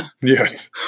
yes